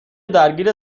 درگیر